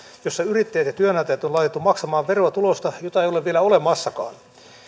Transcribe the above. jossa yrittäjät ja työnantajat on laitettu maksamaan veroa tulosta jota ei ole vielä olemassakaan